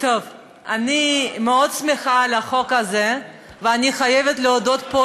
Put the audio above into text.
אני שמחה מאוד על החוק הזה, ואני חייבת להודות פה